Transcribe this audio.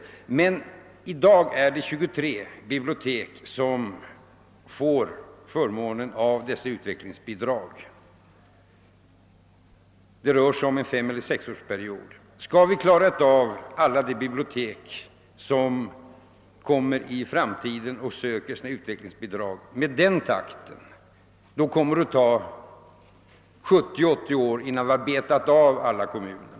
I dag är det emellertid 23 bibliotek som har förmånen av att få dessa utvecklingsbidrag under en femårsperiod, och skall vi med den takten klara av alla de bibliotek som i framtiden söker utvecklingsbidrag kommer det att ta 70—380 år innan vi har »betat av» alla kommuner.